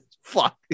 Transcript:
Fuck